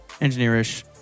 Engineer-ish